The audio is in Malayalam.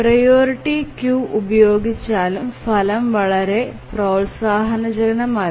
പ്രിയോറിറ്റി ക്യൂ ഉപയോഗിച്ചാലും ഫലം വളരെ പ്രോത്സാഹജനകമല്ല